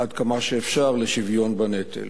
עד כמה שאפשר, לשוויון בנטל.